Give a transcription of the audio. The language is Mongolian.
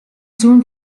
зүүн